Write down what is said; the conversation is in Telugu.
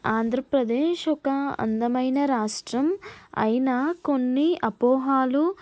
ఆంధ్రప్రదేశ్ ఒక అందమైన రాష్ట్రం అయినా కొన్ని అపోహలు